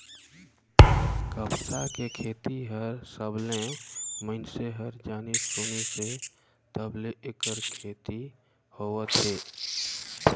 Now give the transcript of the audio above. कपसा के खेती हर सबलें मइनसे हर जानिस सुनिस हे तब ले ऐखर खेती होवत हे